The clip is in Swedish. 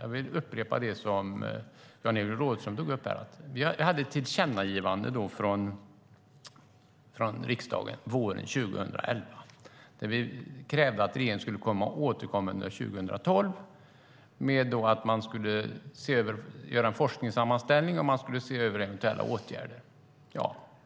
Jag vill upprepa det som Jan-Evert Rådhström tog upp. Det gick ett tillkännagivande från riksdagen till regeringen våren 2011 där vi krävde att regeringen skulle återkomma under 2012 och att man skulle göra en forskningssammanställning och se över eventuella åtgärder.